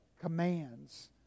commands